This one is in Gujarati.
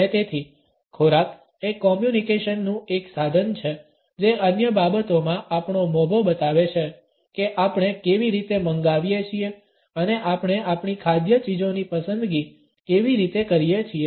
અને તેથી ખોરાક એ કોમ્યુનિકેશનનું એક સાધન છે જે અન્ય બાબતોમાં આપણો મોભો બતાવે છે કે આપણે કેવી રીતે મંગાવીએ છીએ અને આપણે આપણી ખાદ્ય ચીજોની પસંદગી કેવી રીતે કરીએ છીએ